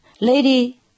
Lady